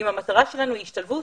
אם המטרה שלנו היא השתלבות,